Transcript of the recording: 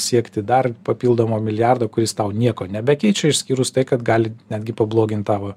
siekti dar papildomo milijardo kuris tau nieko nebekeičia išskyrus tai kad gali netgi pablogint tavo